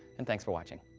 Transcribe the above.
and thanks for watching.